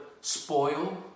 spoil